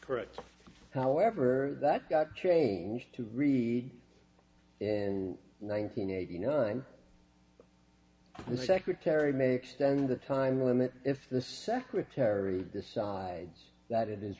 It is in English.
correct however that got changed to read and nineteen eighty nine the secretary may extend the time limit if the secretary decides that it is